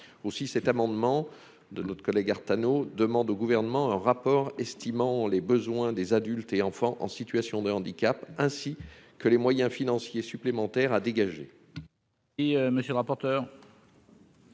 aussi cet amendement de notre collègue Artano demande au gouvernement un rapport estimant les besoins des adultes et enfants en situation de handicap ainsi que les moyens financiers supplémentaires à dégager. Et monsieur le rapporteur.